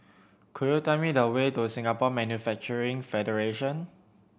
could you tell me the way to Singapore Manufacturing Federation